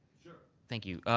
sure. thank you,